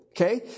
Okay